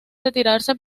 retirarse